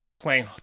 playing